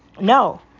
No